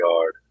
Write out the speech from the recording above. yard